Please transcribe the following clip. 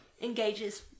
engages